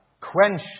quench